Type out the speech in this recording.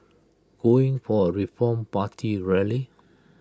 going for A reform party rally